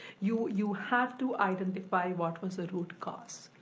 you you have to identify what was the root cause.